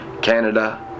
Canada